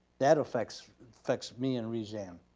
that affects affects me and reganne.